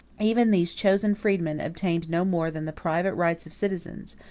even these chosen freedmen obtained no more than the private rights of citizens,